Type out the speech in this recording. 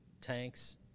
tanks